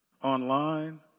online